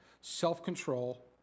self-control